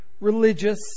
religious